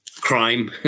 crime